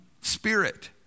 Spirit